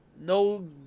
no